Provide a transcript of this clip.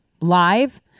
live